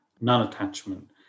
non-attachment